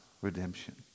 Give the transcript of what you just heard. redemption